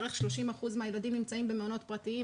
בערך 30% מהילדים נמצאים במעונות פרטיים